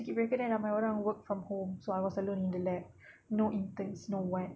circuit breaker then ramai orang work from home so I was alone in the lab no interns no what